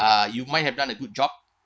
are you might have done a good job